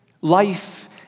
Life